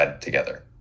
together